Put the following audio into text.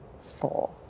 four